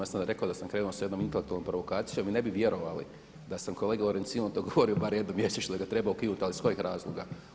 Ja sam rekao da sam krenuo s jednom intelektualnom provokacijom i ne bi vjerovali da sam kolegi Lorencinu govorio bar jednom mjesečno da ga treba ukinuti, ali iz kojeg razloga.